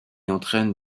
entraine